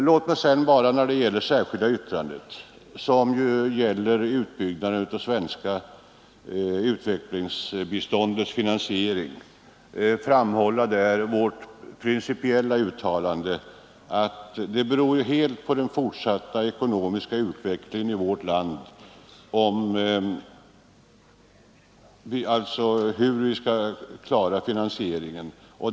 Låt mig sedan bara beträffande det särskilda yttrandet, som gäller utbyggnaden av det svenska utvecklingsbiståndets finansiering, framhålla vårt principiella uttalande att det helt beror på den fortsatta ekonomiska utvecklingen i vårt land hur vi skall klara finansieringen.